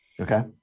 Okay